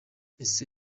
ese